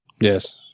Yes